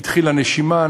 התחילה נשימה,